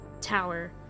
tower